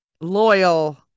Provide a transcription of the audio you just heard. loyal